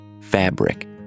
fabric